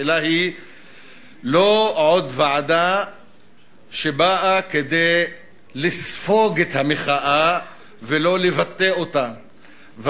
השאלה היא לא עוד ועדה שבאה לספוג את המחאה ולא לבטא אותה,